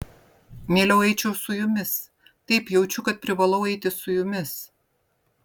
mieliau eičiau su jumis taip jaučiu kad privalau eiti su jumis